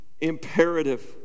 imperative